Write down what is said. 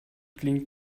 klingt